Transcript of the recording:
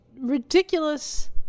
ridiculous